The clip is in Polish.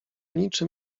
niczym